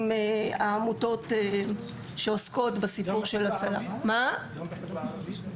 העמותות שעוסקות בסיפור של --- גם בחברה הערבית?